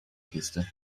kiste